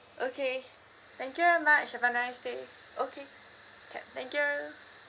okay thank you very much have a nice day okay K thank you